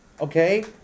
Okay